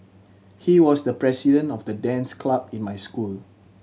he was the president of the dance club in my school